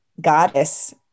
goddess